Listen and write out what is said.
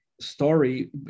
story